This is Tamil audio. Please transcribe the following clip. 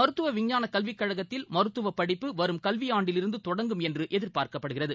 மருத்துவ விஞ்ஞான கல்விக் கழகத்தில் மருத்துவ படிப்பு வரும் கல்வி ஆண்டிலிருந்து இந்த தொடங்கும் என்று எதிர்பார்க்கப்படுகிறது